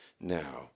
now